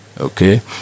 okay